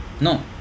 no